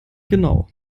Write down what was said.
genau